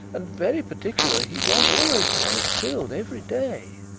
and very particular he was always to have it filled every day.